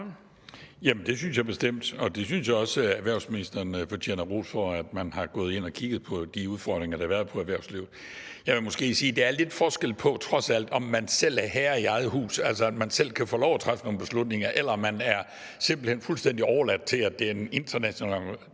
(V): Det synes jeg bestemt, og jeg synes også, at erhvervsministeren fortjener ros for, at man er gået ind og har kigget på de udfordringer, der har været for erhvervslivet. Jeg vil måske sige, at der trods alt er lidt forskel på, om man selv er herre i eget hus, altså at man selv kan få lov at træffe nogle beslutninger, eller om man simpelt hen er fuldstændig overladt til, at det måske er en international